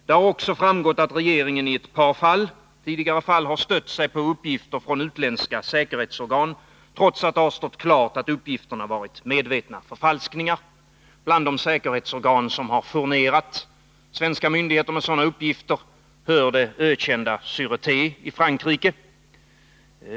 Det har även framgått att regeringen i ett par tidigare fall stött sig på uppgifter från utländska säkerhetsorgan, trots att det stått klart att uppgifterna varit medvetna förfalskningar. Bland de säkerhetsorgan som furnerat svenska myndigheter med sådana uppgifter finns det ökända Sureté i Frankrike.